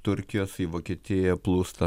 turkijos į vokietiją plūsta